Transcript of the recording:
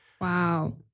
Wow